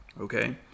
okay